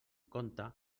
compte